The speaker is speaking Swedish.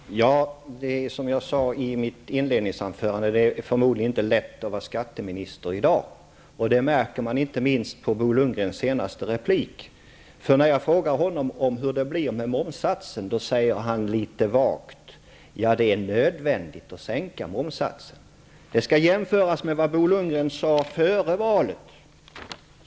Fru talman! Det är, som jag sade i mitt inledningsanförande, förmodligen inte lätt att vara skatteminister i dag. Det märker man inte minst på Bo Lundgrens senaste replik. När jag frågar honom hur det blir med momssatsen svarar han litet vagt: Ja, det är nödvändigt att sänka momssatsen. Detta skall jämföras med vad Bo Lundgren sade före valet.